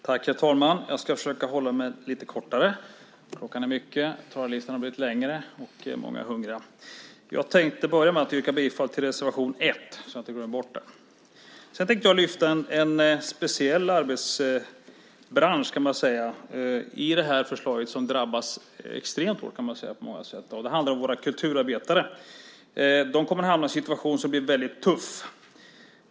Herr talman! Jag ska försöka att fatta mig lite kortare. Klockan är mycket, talarlistan har blivit längre och många är hungriga. Jag tänker börja med att yrka bifall till reservation 1, så att jag inte glömmer bort det. Jag tänker lyfta upp en speciell arbetsbransch som på många sätt drabbas extremt hårt av förslaget. Det handlar om våra kulturarbetare. De kommer att hamna i en situation som blir väldigt tuff.